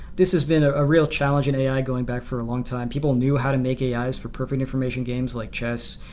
this has been ah a real challenge in ai going back for a long time. people knew how to make ais for perfect information games, like chess,